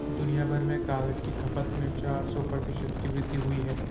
दुनियाभर में कागज की खपत में चार सौ प्रतिशत की वृद्धि हुई है